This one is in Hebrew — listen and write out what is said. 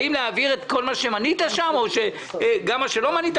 האם להעביר את כל מה שמנית שם וגם מה שלא מנית?